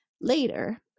later